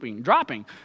dropping